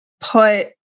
put